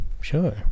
Sure